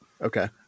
Okay